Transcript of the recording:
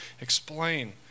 explain